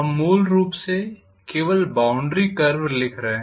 हम मूल रूप से केवल बाउंड्री कर्व लिख रहे हैं